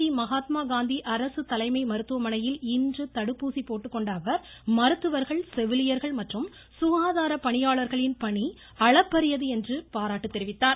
திருச்சி மகாத்மா காந்தி அரசு தலைமை மருத்துவமனையில் இன்று தடுப்பூசி போட்டுக்கொண்ட அவர் மருத்துவர்கள் செவிலியர்கள் மற்றும் சுகாதாரப் பணியாளர்களின் பணி அளப்பரியது என பாராட்டு தெரிவித்தார்